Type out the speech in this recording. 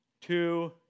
two